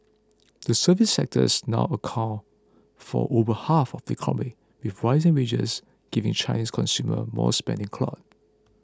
the services sectors now accounts for over half of the economy with rising wages giving Chinese consumer more spending clout